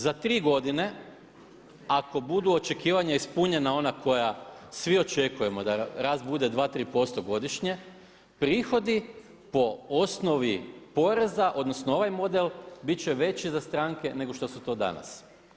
Za tri godine ako budu očekivanja ispunjena ona koja svi očekujemo da rast bude 2%, 3% godišnje prihodi po osnovi poreza odnosno ovaj model bit će veći za stranke nego što su to danas.